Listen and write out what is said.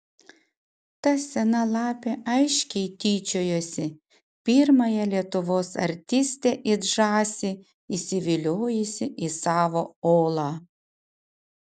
ta sena lapė aiškiai tyčiojosi pirmąją lietuvos artistę it žąsį įsiviliojusi į savo olą